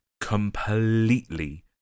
completely